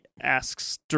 asks